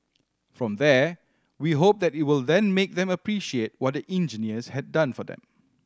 from there we hope that it will then make them appreciate what the engineers have done for them